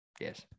Yes